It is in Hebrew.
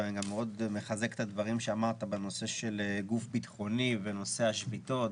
ואני גם מאוד מחזק את הדברים שאמרת בנושא של גוף ביטחוני ונושא השביתות.